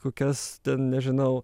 kokias ten nežinau